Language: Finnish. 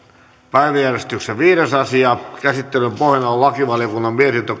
päiväjärjestyksen viides asia käsittelyn pohjana on lakivaliokunnan mietintö